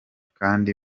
kandi